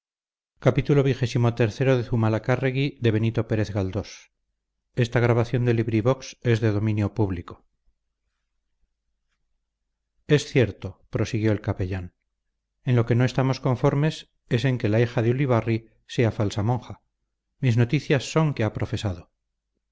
es cierto prosiguió el capellán en lo que no estamos conformes es en que la hija de ulibarri sea falsa monja mis noticias son que ha profesado